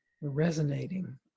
resonating